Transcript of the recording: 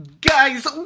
Guys